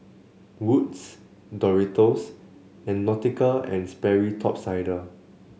Wood's Doritos and Nautica And Sperry Top Sider